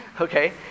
okay